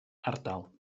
ardal